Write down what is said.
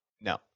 No